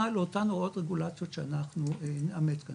לאותם הוראות רגולציות שאנחנו נאמץ כאן,